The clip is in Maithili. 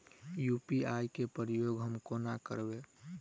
यु.पी.आई केँ प्रयोग हम कोना करबे?